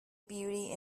beauty